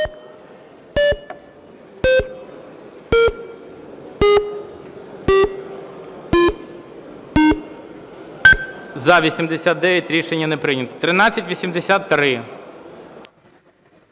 За-89 Рішення не прийнято. 1383.